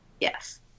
Yes